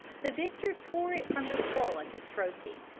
the victor tore it from the skull as his trophy.